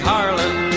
Harlan